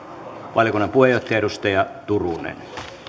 valiokunnan puheenjohtaja edustaja turunen